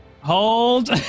Hold